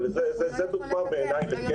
אבל זו בעיניי דוגמה לכשל.